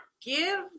give